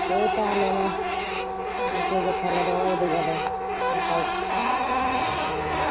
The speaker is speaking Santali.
ᱦᱳᱭ ᱛᱟᱦᱚᱞᱮ ᱢᱟ ᱤᱱᱠᱟᱹᱜᱮ ᱛᱟᱦᱚᱞᱮ ᱫᱚᱦᱚᱭᱤᱫᱟᱹᱧ ᱟᱫᱚ ᱚᱱᱠᱟ